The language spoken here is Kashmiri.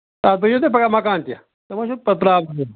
اَتَھ بَنوٕ تۅہہِ پَگاہ مَکان تہِ تۄہہِ ما چھَو پرٛابلِم